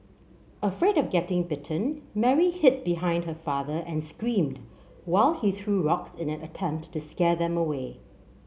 afraid of getting bitten Mary hid behind her father and screamed while he threw rocks in an attempt to scare them away